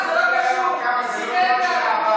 גם אנחנו אוהבים אותך.